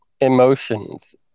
emotions